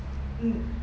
um